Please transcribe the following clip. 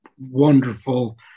wonderful